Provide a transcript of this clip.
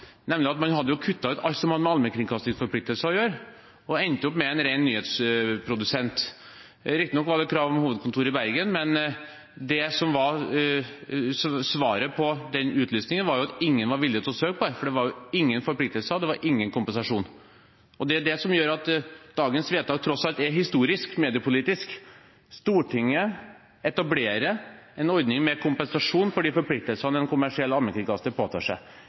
at man hadde kuttet ut alt som har med allmennkringkastingsforpliktelser å gjøre, og endte opp med en ren nyhetsprodusent. Riktignok var det krav om hovedkontor i Bergen, men det som var svaret på den utlysningen, var at ingen var villig til å søke, for det var ingen forpliktelser, og det var ingen kompensasjon. Det er det som gjør at dagens vedtak tross alt er historisk, mediepolitisk sett. Stortinget etablerer en ordning med kompensasjon for de forpliktelsene en kommersiell allmennkringkaster påtar seg.